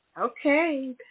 Okay